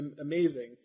amazing